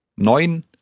Neun